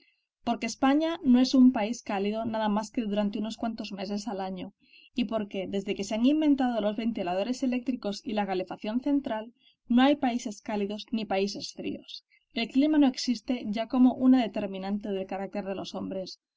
porque españa no es un país cálido nada más que durante unos cuantos meses al año y porque desde que se han inventado los ventiladores eléctricos y la calefacción central no hay países cálidos ni países fríos el clima no existe ya como una determinante del carácter de los hombres